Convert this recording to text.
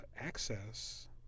access